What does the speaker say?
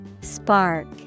Spark